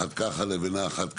אחת ככה ואחת ככה.